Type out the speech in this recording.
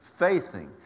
Faithing